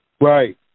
Right